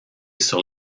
sur